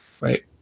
right